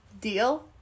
Deal